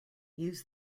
use